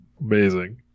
Amazing